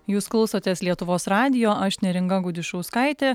jūs klausotės lietuvos radijo aš neringa gudišauskaitė